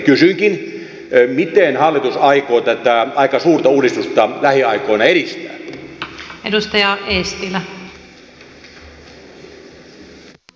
kysynkin miten hallitus aikoo tätä aika suurta uudistusta lähiaikoina edistää